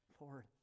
Lord